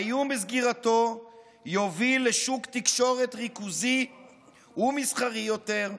האיום בסגירתו יוביל לשוק תקשורת ריכוזי ומסחרי יותר,